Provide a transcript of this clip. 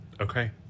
Okay